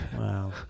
Wow